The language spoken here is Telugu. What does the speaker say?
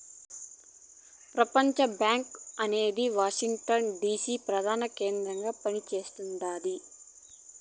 ప్రపంచబ్యాంకు అనేది వాషింగ్ టన్ డీసీ ప్రదాన కేంద్రంగా పని చేస్తుండాది